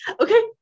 okay